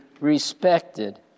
respected